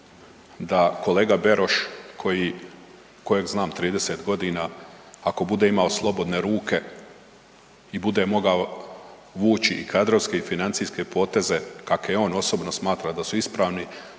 da kolega Beroš kojeg znam 30 g., ako bude imao slobodne ruke i bude mogao vući i kadrovske i financijske poteze kakve on osobno smatra da su ispravni,